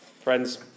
Friends